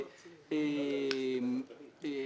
אתם